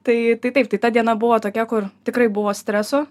tai taip tai ta diena buvo tokia kur tikrai buvo streso